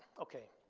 okay.